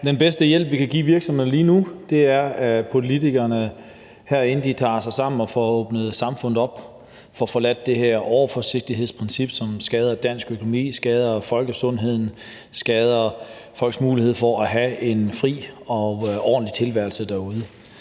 Den bedste hjælp, vi kan give virksomhederne lige nu, er, at politikerne herinde tager sig sammen og får åbnet samfundet op og får forladt det her overforsigtighedsprincip, som skader dansk økonomi, skader folkesundheden, skader folks mulighed for at have en fri og ordentlig tilværelse derude.